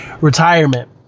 retirement